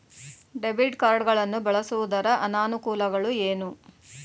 Debit card ಗಳನ್ನು ಬಳಸುವುದರ ಅನಾನುಕೂಲಗಳು ಏನು?